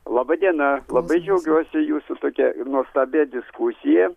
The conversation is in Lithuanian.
laba diena labai džiaugiuosi jūsų tokia ir nuostabia diskusija